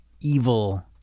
evil